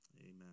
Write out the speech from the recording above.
Amen